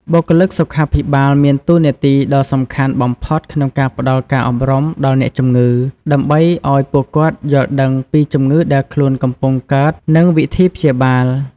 បុគ្គលិកសុខាភិបាលមានតួនាទីដ៏សំខាន់បំផុតក្នុងការផ្តល់ការអប់រំដល់អ្នកជំងឺ ដើម្បីឱ្យពួកគាត់យល់ដឹងពីជំងឺដែលខ្លួនកំពុងកើតនិងវិធីព្យាបាល។